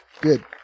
Good